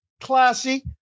classy